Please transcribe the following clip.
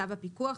צו הפיקוח),